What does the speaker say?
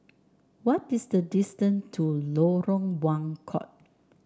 what is the distant to Lorong Buangkok